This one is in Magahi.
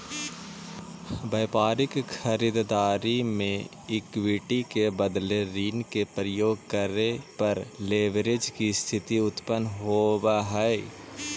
व्यापारिक खरीददारी में इक्विटी के बदले ऋण के प्रयोग करे पर लेवरेज के स्थिति उत्पन्न होवऽ हई